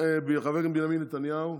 חבר הכנסת בנימין נתניהו,